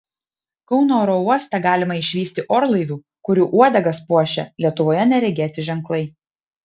kauno oro uoste galima išvysti orlaivių kurių uodegas puošia lietuvoje neregėti ženklai